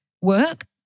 work